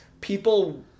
People